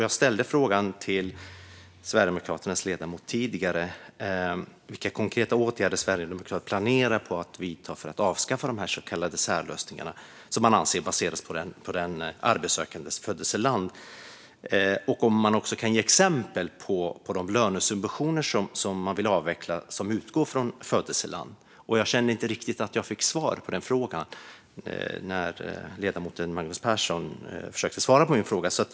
Jag ställde tidigare frågan till Sverigedemokraternas ledamot Erik Hellsborn vilka konkreta åtgärder Sverigedemokraterna planerar att vidta för att avskaffa de här så kallade särlösningarna, som man anser baserar sig på den arbetssökandes födelseland, och om man kan ge exempel på de lönesubventioner man vill avveckla som utgår från födelseland. Jag kände inte riktigt att jag fick svar på den frågan när ledamoten Magnus Persson försökte svara på den.